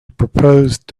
proposed